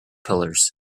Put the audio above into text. pillars